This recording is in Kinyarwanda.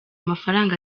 amafaranga